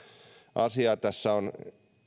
asiaa tässä on